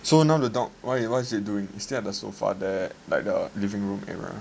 so now the dog what what is it doing it's still at the sofa there like the living room area